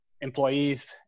employees